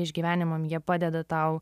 išgyvenimam jie padeda tau